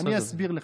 אני אסביר לך,